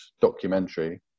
documentary